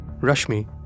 Rashmi